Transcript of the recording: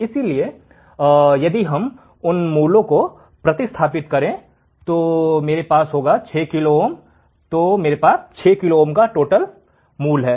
इसलिए यदि हम उन मान को प्रतिस्थापित करते हैं जो मेरे पास होंगे 6 किलो ओम तो मेरे पास 6 किलो ओम का मान है